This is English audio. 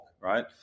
right